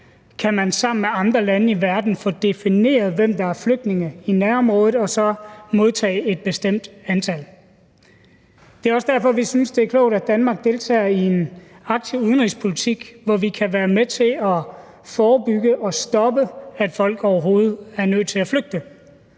kan man sammen med andre lande i verden få defineret, hvem der er flygtninge i nærområdet, og så modtage et bestemt antal. Det er også derfor, at vi synes, det er klogt, at Danmark deltager i en aktiv udenrigspolitik, hvor vi kan være med til at forebygge og stoppe, at folk overhovedet er nødt til at flygte.